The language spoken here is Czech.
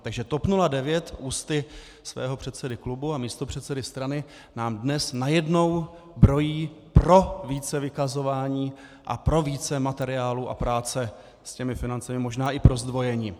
Takže TOP 09 ústy svého předsedy klubu a místopředsedy strany nám dnes najednou brojí pro více vykazování a pro více materiálů a práce s těmi financemi, možná i pro zdvojení.